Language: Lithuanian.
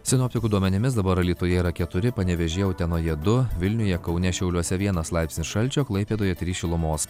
sinoptikų duomenimis dabar alytuje yra keturi panevėžyje utenoje du vilniuje kaune šiauliuose vienas laipsnis šalčio klaipėdoje trys šilumos